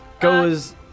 goes